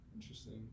Interesting